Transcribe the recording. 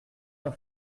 d’en